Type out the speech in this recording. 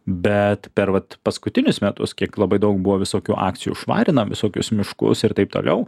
bet per vat paskutinius metus kiek labai daug buvo visokių akcijų švarina visokius miškus ir taip toliau